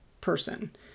person